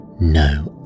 No